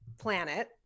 planet